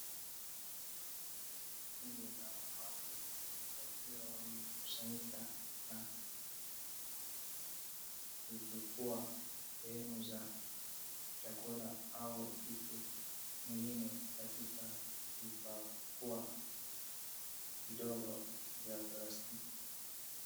Kundi la wanawake wakiwa wamekusanyika na kuchukua sehemu za chakula au kitu ingine katika vifaa vidogo vya plastiki.